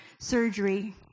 surgery